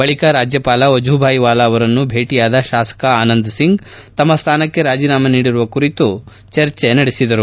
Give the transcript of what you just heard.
ಬಳಿಕ ರಾಜ್ಯಪಾಲ ವಜೂಬಾಯಿ ವಾಲಾ ಅವರನ್ನು ಬೇಟಿಯಾದ ಶಾಸಕ ಆನಂದ್ ಸಿಂಗ್ ತಮ್ಮ ಸ್ಥಾನಕ್ಕೆ ರಾಜೀನಾಮೆ ನೀಡಿರುವ ವಿಚಾರ ಕುರಿತು ಚರ್ಚೆ ನಡೆಸಿದರು